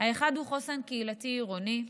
1. חוסן קהילתי עירוני,